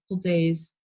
days